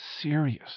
serious